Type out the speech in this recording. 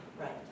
Right